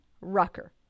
Rucker